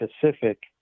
Pacific